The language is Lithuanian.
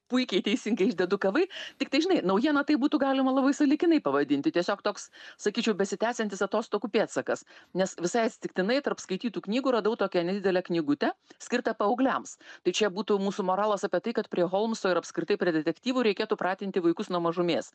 puikiai teisingai išdedukavai tik tai žinai naujiena tai būtų galima labai sąlyginai pavadinti tiesiog toks sakyčiau besitęsiantis atostogų pėdsakas nes visai atsitiktinai tarp skaitytų knygų radau tokią nedidelę knygutę skirtą paaugliams tai čia būtų mūsų moralas apie tai kad prie holmso ir apskritai prie detektyvų reikėtų pratinti vaikus nuo mažumės